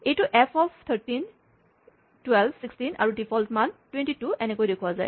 এইটো F of thirteen twelve sixteen আৰু default মান টুৱেনটি টু এনেকৈ দেখুওৱা যায়